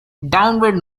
downward